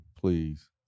please